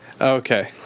okay